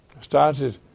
started